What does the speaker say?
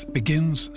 begins